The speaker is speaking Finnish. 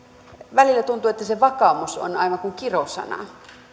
välillä tuntuu että se vakaumus on aivan kuin kirosana